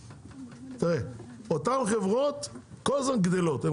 תראה אותן חברות כל הזמן גדלות הן